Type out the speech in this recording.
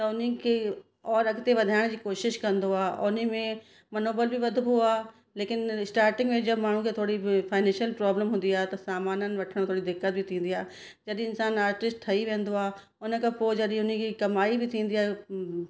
त उन्हनि खे औरि अॻिते वधाइण जी कोशिश कंदो आहे उने में मनोबल बि वधबो आहे लेकिन स्टार्टिंग जब माण्हू खे थोरी बि फाएनेनशल प्रॉब्लम हूंदी आहे त सामानन वठण थोरि दिक़त बि थींदी आहे जॾहिं इंसान आर्टिस्ट ठई वेंदो आ उन खां पोइ जॾहिं उन खे कमाई बि थींदी आहे